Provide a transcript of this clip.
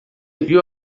viu